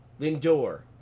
Lindor